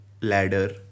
ladder